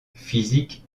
physique